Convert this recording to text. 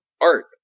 art